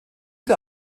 der